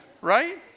Right